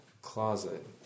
closet